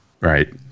right